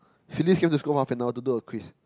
Phyllis came to school half an hour to do a quiz